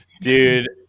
Dude